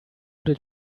did